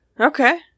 Okay